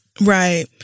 Right